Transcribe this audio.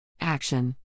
Action